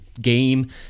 Game